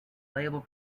label